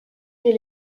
mais